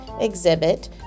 exhibit